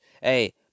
Hey